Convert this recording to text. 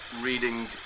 reading